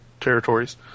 territories